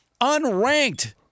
unranked